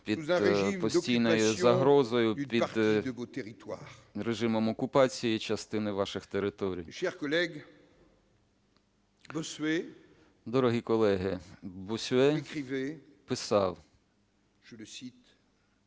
під постійною загрозою, під режимом окупації частини ваших територій. Дорогі колеги, Боссюе писав: "Виправдовувати